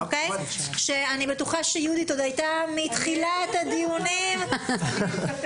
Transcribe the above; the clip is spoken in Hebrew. אני בטוחה שיהודית מנהלת הוועדה הייתה עוד מתחילת דיונים ואתה